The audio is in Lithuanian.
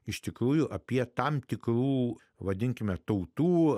iš tikrųjų apie tam tikrų vadinkime tautų